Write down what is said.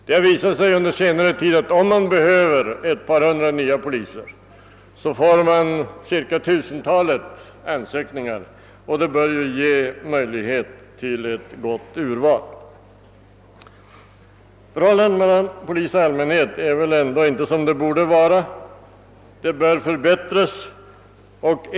Under senare tid har det visat sig att om man behöver ett par hundra nya polismän får man cirka ett tusental ansökningar, vilket bör ge möjlighet till ett gott urval. Förhållandet mellan polisen och allmänheten är väl ändå inte som det borde vara. Det bör förbättras.